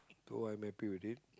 so I'm happy with it